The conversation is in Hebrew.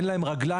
אין להם רגליים,